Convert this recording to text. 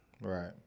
Right